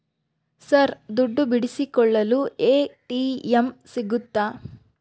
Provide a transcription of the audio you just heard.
Sir ದುಡ್ಡು ಬಿಡಿಸಿಕೊಳ್ಳಲು ATM ಸಿಗುತ್ತಾ?